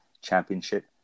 championship